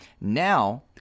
Now